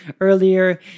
earlier